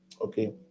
okay